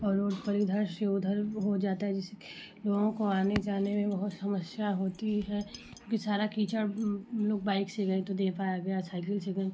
और रोड पर इधर से उधर हो जाता है जिससे लोगों को आने जाने में बहुत समस्या होती है क्योंकि सारा कीचड़ उन लोग बाइक से गए तो दे पाया गया साइकिल से गए